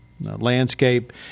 landscape